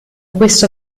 questo